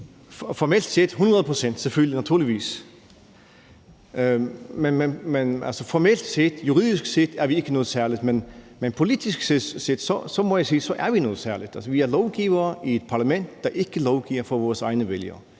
sige: Hundrede procent – selvfølgelig, naturligvis. Altså, formelt set, juridisk set er vi ikke noget særligt, men politisk set må jeg sige at vi er noget særligt. Vi er lovgivere i et parlament, der ikke lovgiver for vores egne vælgere.